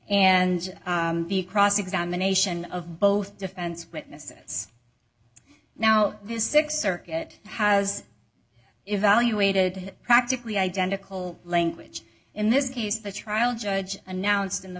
and the cross examination of both defense witnesses now this th circuit has evaluated practically identical language in this case the trial judge announced in the